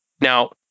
Now